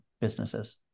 businesses